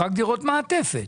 רק דירות מעטפת.